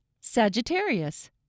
Sagittarius